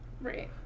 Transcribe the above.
Right